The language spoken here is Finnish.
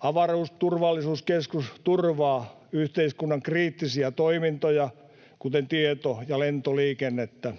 Avaruustilannekeskus turvaa yhteiskunnan kriittisiä toimintoja, kuten tieto- ja lentoliikennettä.